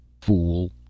Fool